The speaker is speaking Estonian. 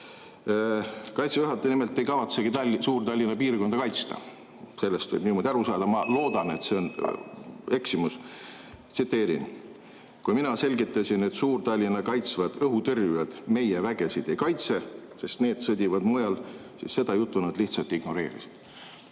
Kaitseväe juhataja nimelt ei kavatsegi Suur-Tallinna piirkonda kaitsta. Sellest võib niimoodi aru saada. Ma loodan, et see on eksimus. Tsiteerin: "Kui mina selgitasin, et Suur-Tallinna kaitsvad õhutõrjujad meie vägesid ei kaitse, sest need sõdivad mujal, siis seda juttu nad lihtsalt ignoreerisid."